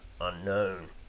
unknown